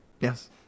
Yes